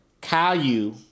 Caillou